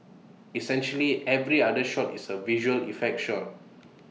essentially every other shot is A visual effect shot